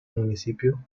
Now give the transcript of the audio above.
municipio